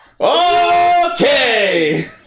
Okay